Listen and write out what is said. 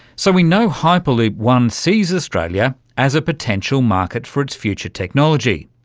so, we know hyperloop one sees australia as a potential market for its future technology,